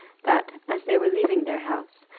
that, as they were leaving their house,